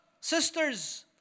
sisters